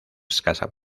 escasa